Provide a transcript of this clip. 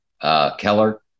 Keller